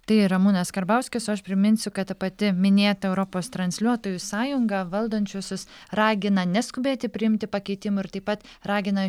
tai ramūnas karbauskis o aš priminsiu kad ta pati minėta europos transliuotojų sąjunga valdančiuosius ragina neskubėti priimti pakeitimų ir taip pat ragina